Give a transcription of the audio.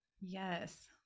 yes